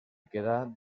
quedà